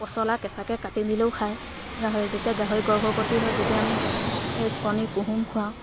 পচলা কেঁচাকৈ কাটি দিলেও খায় গাহৰি যেতিয়া গাহৰি গৰ্ভৱতী হয় তেতিয়া আমি কণীৰ কুহুম খুৱাওঁ